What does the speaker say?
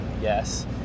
yes